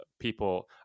people